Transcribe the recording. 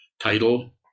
Title